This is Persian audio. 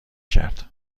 کرد